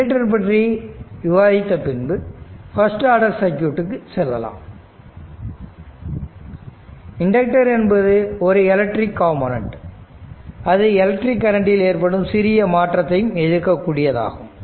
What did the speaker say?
inductor பற்றி விவாதித்த பின்பு ஃபர்ஸ்ட் ஆடர் சர்க்யூட்க்கு செல்லலாம் இண்டக்டர் என்பது ஒரு எலக்ட்ரிக் காம்போனன்ட் அது எலக்ட்ரிக் கரண்டில் ஏற்படும் சிறிய மாற்றத்தையும் எதிர்க்க கூடியதாகும்